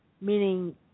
meaning